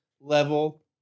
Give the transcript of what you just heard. level